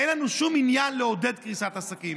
אין לנו שום עניין לעודד קריסת עסקים.